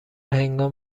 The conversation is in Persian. هنگام